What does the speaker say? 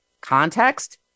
context